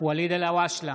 ואליד אלהואשלה,